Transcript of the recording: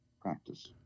practice